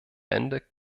ende